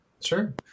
Sure